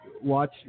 watch